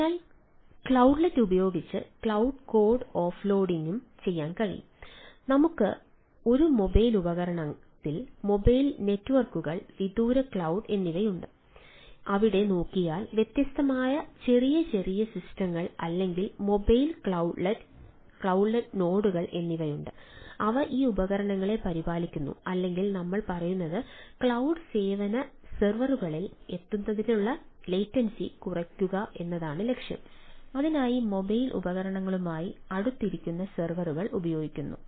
അതിനാൽ ക്ലൌഡ്ലെറ്റ് ഉപയോഗിച്ച് ക്ലൌഡ് ഉപകരണങ്ങളുമായി അടുത്തിരിക്കുന്ന സെർവറുകൾ ഉപയോഗിക്കുക